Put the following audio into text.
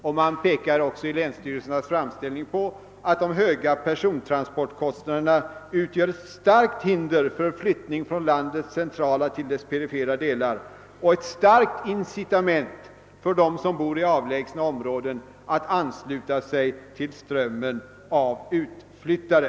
Man framhåller också att de höga persontransportkostnaderna är ett betydande hinder för flyttning från landets centrala till dess perifera delar och ett starkt incitament för dem som bor i avlägsna områden att ansluta sig till strömmen av utflyttare.